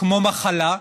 כמו מחלה.